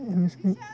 أمس